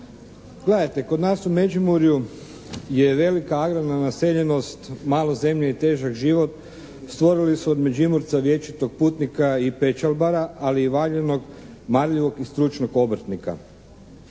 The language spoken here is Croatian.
kod nas u Međimurju je velika agrarna naseljenost, malo zemlje i težak život stvorili su od Međimurca vječitog putnika i pečalbara ali i valjanog, marljivog i stručnog obrtnika.